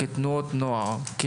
כתנועות נוער,